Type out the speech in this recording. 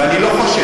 ואני לא חושש.